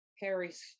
Harry's